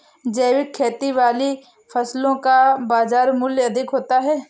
जैविक खेती वाली फसलों का बाज़ार मूल्य अधिक होता है